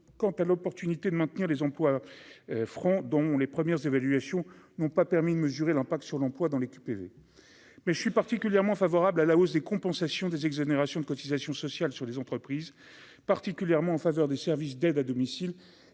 quant à l'opportunité de maintenir les emplois francs dont les premières évaluations n'ont pas permis de mesurer l'impact sur l'emploi dans les QPV, mais je suis particulièrement favorable à la hausse des compensation des exonérations de cotisations sociales sur les entreprises, particulièrement en faveur des services d'aide à domicile